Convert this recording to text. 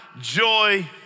joy